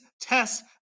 test